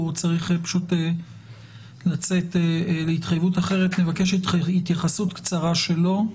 צריך פשוט לצאת להתחייבות אחרת מבקש התייחסות קצרה שלו,